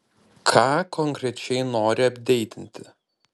ką konkrečiai nori apdeitinti